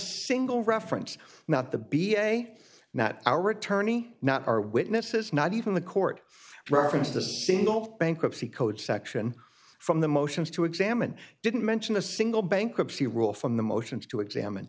single reference not the b s a not our attorney not our witnesses not even the court referenced the govt bankruptcy code section from the motions to examine didn't mention a single bankruptcy rule from the motions to examine